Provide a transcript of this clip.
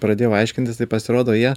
pradėjau aiškintis tai pasirodo jie